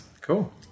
Cool